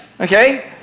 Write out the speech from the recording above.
okay